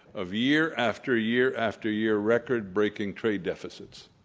of year after year after year record breaking trade deficits.